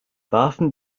warfen